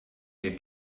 ihr